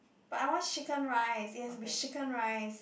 but I want chicken rice it has to be chicken rice